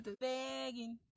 begging